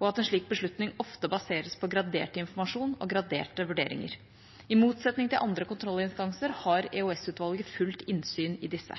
og at en slik beslutning ofte baseres på gradert informasjon og graderte vurderinger. I motsetning til andre kontrollinstanser har EOS-utvalget fullt innsyn i disse.